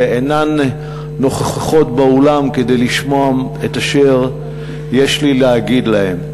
אינה נוכחת באולם כדי לשמוע את אשר יש לי להגיד להן.